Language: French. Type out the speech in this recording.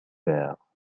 verts